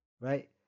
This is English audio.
right